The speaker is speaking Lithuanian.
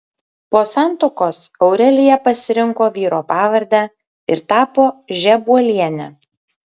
po santuokos aurelija pasirinko vyro pavardę ir tapo žebuoliene